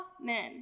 Amen